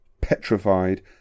petrified